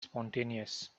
spontaneous